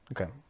Okay